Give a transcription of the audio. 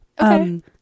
Okay